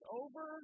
over